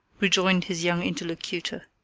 rejoined his young interlocutor.